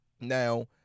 Now